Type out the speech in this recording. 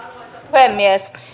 puhemies